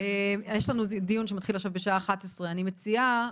יש לנו דיון שמתחיל עכשיו בשעה 11:00. אני מציעה,